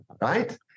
right